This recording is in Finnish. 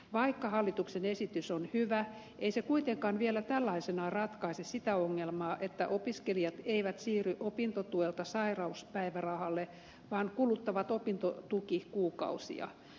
vaikka hallituksen esitys on hyvä ei se kuitenkaan vielä tällaisenaan ratkaise sitä ongelmaa että opiskelijat eivät siirry opintotuelta sairauspäivärahalle vaan kuluttavat opintotukikuukausia